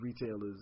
retailers